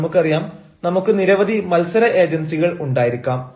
നമുക്കറിയാം നമുക്ക് നിരവധി മത്സര ഏജൻസികൾ ഉണ്ടായിരിക്കാം